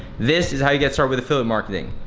this is how you get started with affiliate marketing.